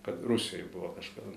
kad rusijoj buvo kažkada